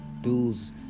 dudes